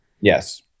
Yes